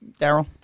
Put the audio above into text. Daryl